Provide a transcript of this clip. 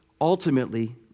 ultimately